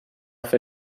fer